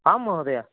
आं महोदया